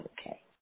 okay